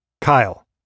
Kyle